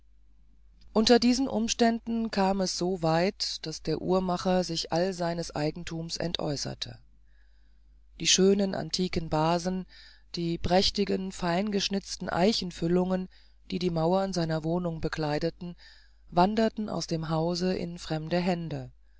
unter diesen umständen kam es so weit daß der uhrmacher sich all seines eigenthums entäußerte die schönen antiken basen die prächtigen sein geschnitzten eichenfüllungen die die mauern seiner wohnung bekleideten wanderten aus dem hause in fremde hände